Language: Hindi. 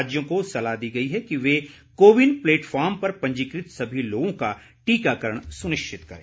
राज्यों को सलाह दी गई है कि वे को विन प्लेटफार्म पर पंजीकृत सभी लोगों का टीकाकरण सुनिश्चित करें